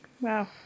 Wow